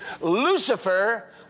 Lucifer